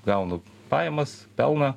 gaunu pajamas pelną